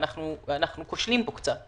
ואנחנו כושלים בו קצת.